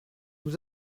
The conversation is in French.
nous